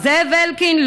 זאב אלקין,